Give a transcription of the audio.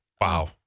Wow